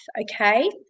okay